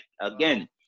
Again